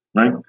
right